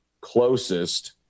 closest